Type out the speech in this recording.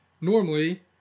normally